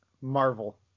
Marvel